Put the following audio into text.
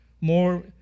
more